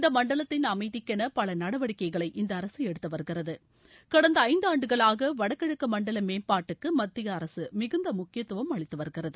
இந்த மண்டலத்தின் அமைதிக்கென பல நடவடிக்கைகளை இந்த அரசு எடுத்து வருகிறது கடந்த ஐந்தாண்டுகளாக வடகிழக்கு மண்டல மேம்பாட்டுக்கு மத்திய அரக மிகுந்த முக்கியத்துவம் அளித்து வருகிறது